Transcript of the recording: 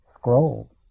scroll